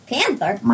Panther